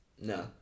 no